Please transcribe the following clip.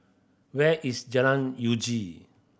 where is Jalan Uji